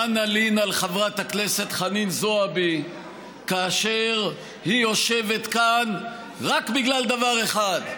מה נלין על חברת הכנסת חנין זועבי כאשר היא יושבת כאן רק בגלל דבר אחד.